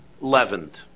leavened